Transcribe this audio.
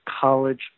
college